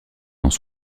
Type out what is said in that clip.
dans